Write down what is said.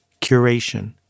curation